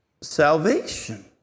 Salvation